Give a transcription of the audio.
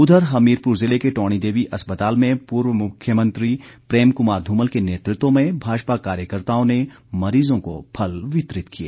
उधर हमीरपुर जिले के टौणी देवी अस्पताल में पूर्व मुख्यमंत्री प्रेम कुमार ध्रमल के नेतृत्व में भाजपा कार्यकर्त्ताओं ने मरीजों को फल वितरित किए